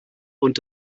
und